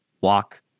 walk